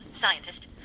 scientist